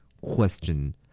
Question